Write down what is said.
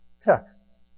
texts